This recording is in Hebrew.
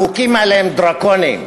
החוקים האלה הם דרקוניים,